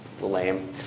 lame